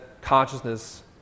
consciousness